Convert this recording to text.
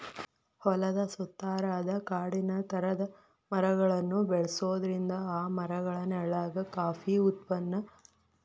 ಹೊಲದ ಸುತ್ತಾರಾದ ಕಾಡಿನ ತರ ಮರಗಳನ್ನ ಬೆಳ್ಸೋದ್ರಿಂದ ಆ ಮರಗಳ ನೆಳ್ಳಾಗ ಕಾಫಿ ಅಂತ ಉತ್ಪನ್ನಗಳನ್ನ ಬೆಳಿಬೊದು